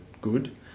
good